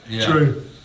True